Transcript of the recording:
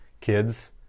kids